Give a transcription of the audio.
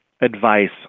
advice